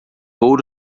ouro